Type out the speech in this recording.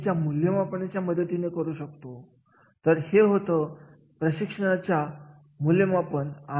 यासाठी बक्षीस प्रणाली नियोजित केली जाऊ शकते कर्मचारी ठरवून दिलेले कामगिरी करत नसतील तर प्रशिक्षण कार्यक्रम नियोजित केला जाऊ शकतो